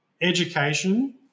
education